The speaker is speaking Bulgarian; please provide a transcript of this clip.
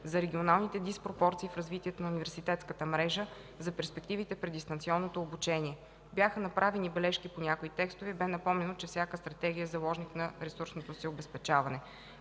за регионалните диспропорции в развитието на университетската мрежа; за перспективите пред дистанционното обучение. Бяха направени бележки по някои текстове и бе напомнено, че всяка стратегия е заложник на ресурсното си обезпечаване.